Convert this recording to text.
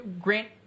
Grant